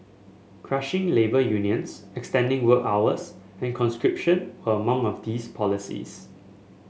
crushing labour unions extending work hours and conscription were among of these policies